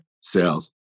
sales